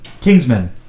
Kingsman